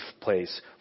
place